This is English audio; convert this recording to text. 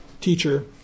teacher